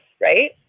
right